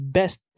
best